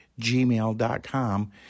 gmail.com